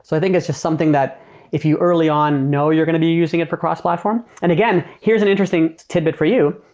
so i think it's just something that if you early on know you're going to be using it for cross-platform. and again, here's an interesting tidbit for you.